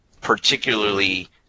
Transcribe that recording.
particularly